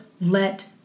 let